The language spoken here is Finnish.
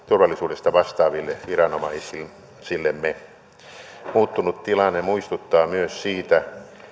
turvallisuudesta vastaaville viranomaisillemme muuttunut tilanne muistuttaa myös siitä